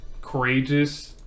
courageous